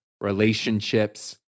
relationships